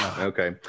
Okay